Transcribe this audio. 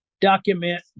document